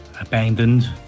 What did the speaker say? Abandoned